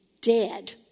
dead